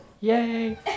Yay